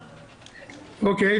אוקיי.